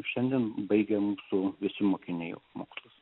šiandien baigiam su mokiniai jau mokslus